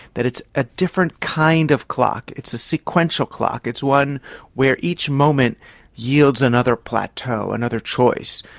that it's a different kind of clock, it's a sequential clock, it's one where each moment yields another plateau, another choice.